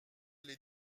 les